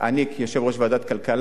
אני כיושב-ראש ועדת הכלכלה,